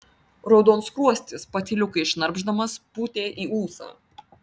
raudonskruostis patyliukais šnarpšdamas pūtė į ūsą